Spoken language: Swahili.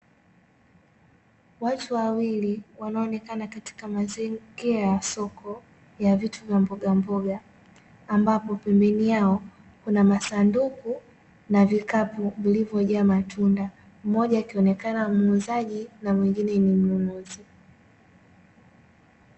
Watu wawili wanaoonekana katika mazingira ya soko ya vitu vya mboga mboga, ambapo pembeni yao kuna masanduku na vikapu vilivyojaa matunda; mmoja akionekana muuzaji na mwingine ni mnunuzi.